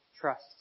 trust